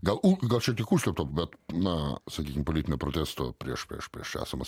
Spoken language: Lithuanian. gal u gal čia tik užslėpta bet na sakykim politinio protesto prieš prieš esamas